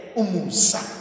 umusa